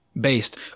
Based